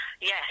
Yes